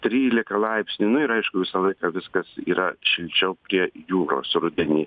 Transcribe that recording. trylika laipsnių nu ir aišku visą laiką viskas yra šilčiau prie jūros rudenį